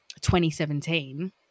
2017